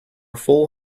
full